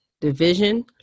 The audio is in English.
division